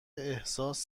احساس